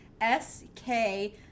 S-K